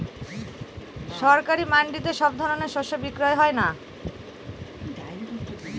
সরকারি মান্ডিতে কি সব ধরনের শস্য বিক্রি হয়?